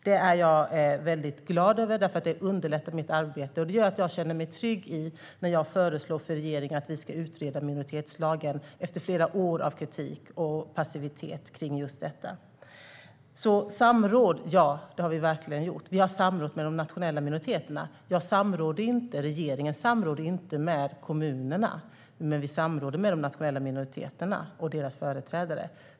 Det är jag väldigt glad över, för det underlättar mitt arbete och gör att jag känner mig trygg när jag föreslår för regeringen att vi ska utreda minoritetslagen efter flera år av kritik och passivitet. Samråd - ja, vi har verkligen samrått med de nationella minoriteterna. Jag och regeringen samråder inte med kommunerna, men vi samråder med de nationella minoriteterna och deras företrädare.